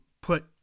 put